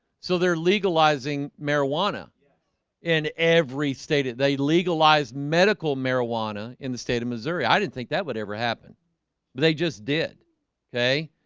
so they're legalizing marijuana yeah and every state they legalize medical marijuana in the state of missouri. i didn't think that would ever happen they just did okay,